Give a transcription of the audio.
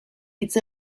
hitz